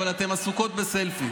אבל אתן עסוקות בסלפי.